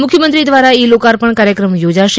મુખ્યમંત્રી દ્વારા ઇ લોકાર્પણ કાર્યક્રમ યોજાશે